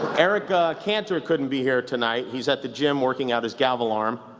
eric ah cantor couldn't be here tonight, he's at the gym, working out his gavel arm.